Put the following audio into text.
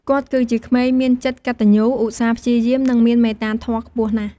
គាត់គឺជាក្មេងមានចិត្តកតញ្ញូ ឧស្សាហ៍ព្យាយាម និងមានមេត្តាធម៌ខ្ពស់ណាស់។